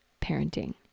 parenting